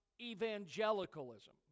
evangelicalism